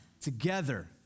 together